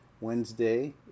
Wednesday